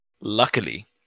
Luckily